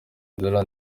nzira